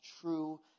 true